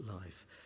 life